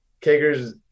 kickers